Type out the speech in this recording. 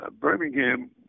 Birmingham